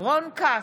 רון כץ,